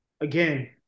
again